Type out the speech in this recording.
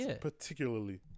particularly